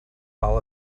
all